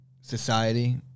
society